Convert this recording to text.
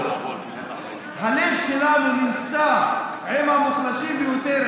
הלב שלנו נמצא עם המוחלשים ביותר,